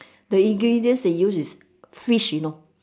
the ingredients they use is fish you know